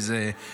אם היא הוגשה,